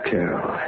Carol